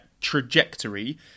trajectory